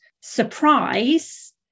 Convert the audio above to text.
surprise